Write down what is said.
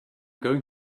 going